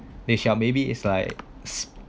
they shall maybe is like